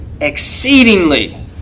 exceedingly